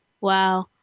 Wow